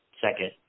second